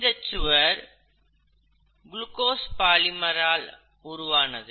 இந்த சுவர் glucose polymer ஆல் உருவானது